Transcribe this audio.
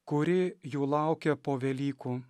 kuri jų laukia po velykų